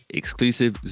exclusive